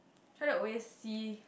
try to always see